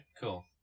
cool